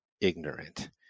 ignorant